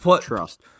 Trust